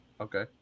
Okay